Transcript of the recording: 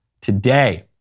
today